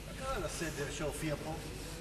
מה קרה לסדר שהופיע פה?